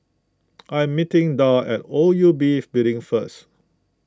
I am meeting Darl at O U B Building first